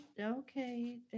okay